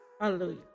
Hallelujah